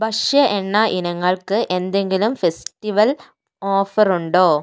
ഭക്ഷ്യ എണ്ണ ഇനങ്ങൾക്ക് എന്തെങ്കിലും ഫെസ്റ്റിവൽ ഓഫറുണ്ടോ